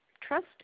trust